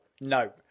no